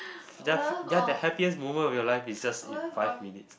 ya the happiest moment of your life is just in five minutes